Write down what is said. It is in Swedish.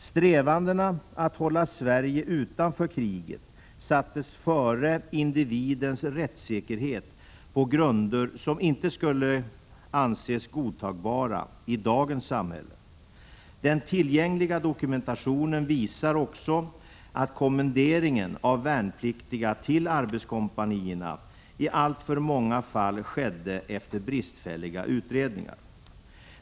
Strävandena att hålla Sverige utanför kriget sattes före individens rättssäkerhet på grunder som inte skulle anses godtagbara i dagens samhälle. Den tillgängliga dokumentationen visar också att kommenderingen av värnpliktiga till arbetskompanierna i alltför många fall skedde efter bristfälliga utredningar.